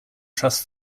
trust